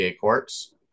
courts